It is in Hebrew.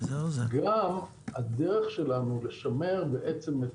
וגם הדרך שלנו לשמר בעצם את